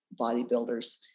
bodybuilders